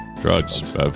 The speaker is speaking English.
Drugs